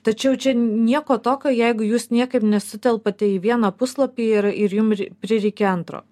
tačiau čia nieko tokio jeigu jūs niekaip nesutelpate į vieną puslapį ir ir jum prireikė antro